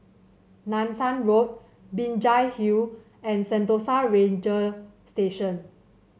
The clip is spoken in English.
Nanson Road Binjai Hill and Sentosa Ranger Station